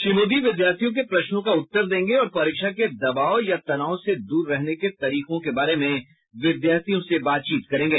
श्री मोदी विद्यार्थियों के प्रश्नों का उत्तर देंगे और परीक्षा के दबाव या तनाव से दूर रहने के तरीकों के बारे में विद्यार्थियों से बातचीत करेंगे